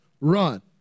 run